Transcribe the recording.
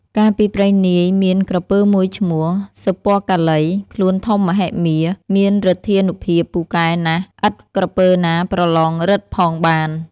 កាលពីព្រេងនាយ មានក្រពើមួយឈ្មោះ " សុពណ៌កាឡី” ខ្លួនធំមហិមា មានឫទ្ធានុភាពពូកែណាស់ ឥត ក្រពើណាប្រឡងឫទ្ធិផងបាន។